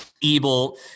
evil